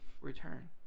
return